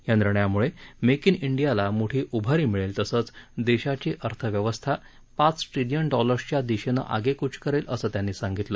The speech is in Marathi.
या निर्णयामुळे मेक इन इंडियाला मोठी उभारी मिळेल तसंच देशाची अर्थव्यवस्था पाच ट्रिलियन डॉलर्सच्या दिशेनं आगेकूच करेल असं त्यांनी सांगितलं